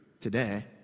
today